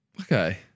okay